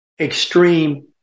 extreme